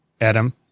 Adam